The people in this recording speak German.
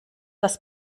das